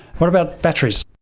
what about batteries?